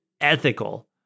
ethical